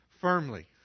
firmly